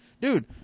Dude